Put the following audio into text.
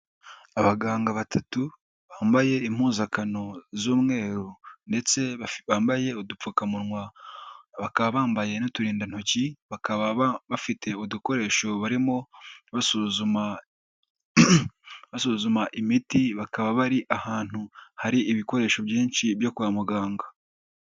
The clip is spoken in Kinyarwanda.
Abaganga batatu bambaye impuzankano z'umweru ndetse bambaye udupfukamunwa bakaba bambaye n'uturindantoki, bakaba bafite udukoresho barimo basuzuma basuzuma imiti, bakaba bari ahantu hari ibikoresho byinshi byo kwa muganga.